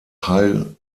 heil